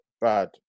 bad